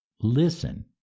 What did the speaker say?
Listen